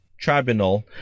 tribunal